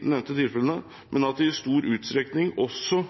nevnte tilfeller, men at de i stor utstrekning også